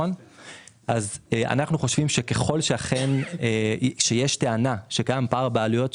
אנחנו חושבים שככל שיש טענה שאכן קיים פער בעלויות,